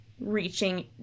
reaching